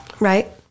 Right